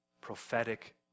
prophetic